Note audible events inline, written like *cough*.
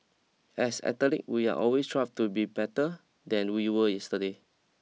as athlete we are always *unintelligible* to be better than we were yesterday